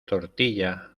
tortilla